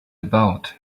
about